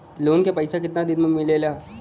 Loan के पैसा कितना दिन मे मिलेला?